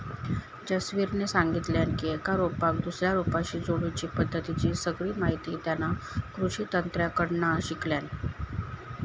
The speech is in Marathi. जसवीरने सांगितल्यान की एका रोपाक दुसऱ्या रोपाशी जोडुची पद्धतीची सगळी माहिती तेना कृषि तज्ञांकडना शिकल्यान